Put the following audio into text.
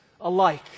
alike